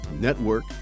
Network